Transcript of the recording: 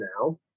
now